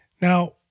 Now